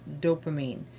dopamine